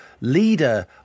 leader